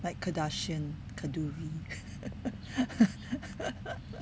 like kardashian kadoori